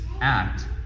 act